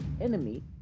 enemy